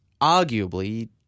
arguably